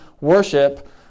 worship